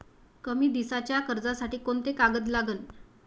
कमी दिसाच्या कर्जासाठी कोंते कागद लागन?